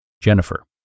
Jennifer